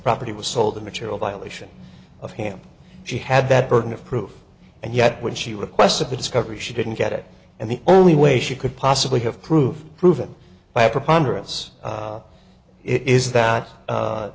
property was sold the material violation of ham she had that burden of proof and yet when she requested for discovery she didn't get it and the only way she could possibly have proved proven by a preponderance it is that